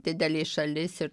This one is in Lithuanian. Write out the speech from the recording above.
didelė šalis ir